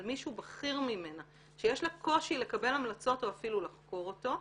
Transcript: מישהו בכיר ממנה כשיש לה קושי לקבל המלצות או אפילו לחקור אותו,